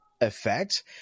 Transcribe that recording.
effect